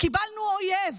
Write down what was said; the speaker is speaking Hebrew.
קיבלנו אויב,